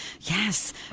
yes